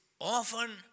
often